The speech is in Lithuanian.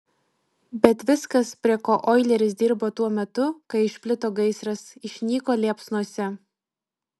bet viskas prie ko oileris dirbo tuo metu kai išplito gaisras išnyko liepsnose